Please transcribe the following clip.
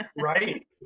Right